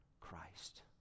Christ